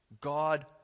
God